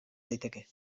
daiteke